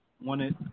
wanted